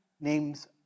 names